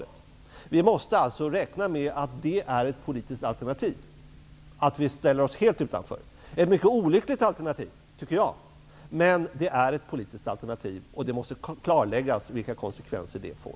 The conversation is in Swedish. Det har sagts tidigare i debatten. Vi måste alltså räkna med att ett politiskt alternativ är att vi ställer oss helt utanför. Det är ett mycket olyckligt alternativ. Men det är ett politiskt alternativ, och det måste klarläggas vilka konsekvenser det får.